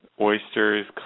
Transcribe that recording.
oysters